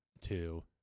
two